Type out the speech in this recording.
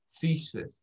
thesis